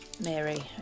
Mary